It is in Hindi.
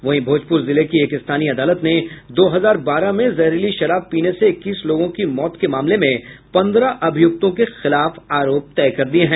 वहीं भोजपुर जिले के एक स्थानीय अदालत ने दो हजार बारह में जहरीली शराब पीने से इक्कीस लोगों की मौत के मामले में पन्द्रह अभियुक्तों के खिलाफ आरोप तय कर दिये हैं